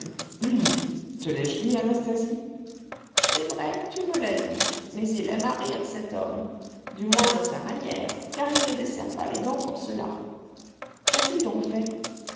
hum te l'ai-je dit anastasie c'est vrai tu me l'as dit mais il aime à rire cet homme du moins à sa manière car il ne desserre pas les dents pour cela qu'a-t-il donc fait